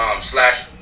Slash